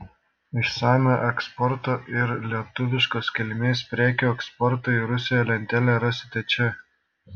išsamią eksporto ir lietuviškos kilmės prekių eksporto į rusiją lentelę rasite čia